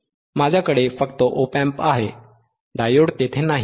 माझ्याकडे फक्त op amp आहे डायोड तेथे नाही